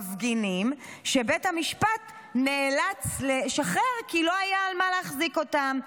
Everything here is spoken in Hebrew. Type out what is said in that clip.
מפגינים שבית המשפט נאלץ לשחרר כי לא היה על מה להחזיק אותם.